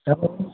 hello